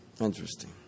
Interesting